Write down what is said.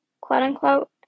quote-unquote